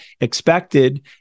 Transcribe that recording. expected